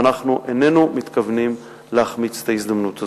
ואנחנו איננו מתכוונים להחמיץ את ההזדמנות הזאת.